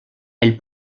elle